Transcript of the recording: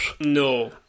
No